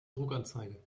druckanzeige